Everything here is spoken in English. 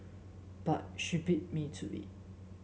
but she beat me to it